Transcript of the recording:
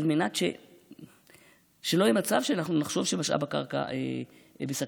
כדי שלא יהיה מצב שנחשוב שמשאב הקרקע בסכנה.